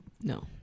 No